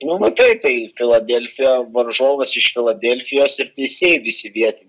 nu matai tai filadelfija varžovas iš filadelfijos ir teisėjai visi vietiniai